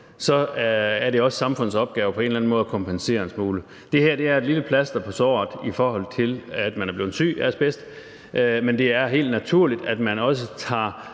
så er det også samfundets opgave på en eller anden måde at kompensere en smule. Det her er et lille plaster på såret, i forhold til at man er blevet syg af asbest, men det er helt naturligt, at man også tager